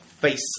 face